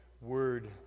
Word